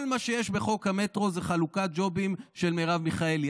כל מה שיש בחוק המטרו זה חלוקת ג'ובים של מרב מיכאלי.